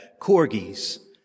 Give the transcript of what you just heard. corgis